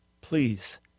please